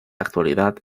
actualidad